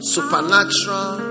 Supernatural